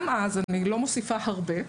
אני לא מוסיפה הרבה,